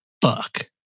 Fuck